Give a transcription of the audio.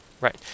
Right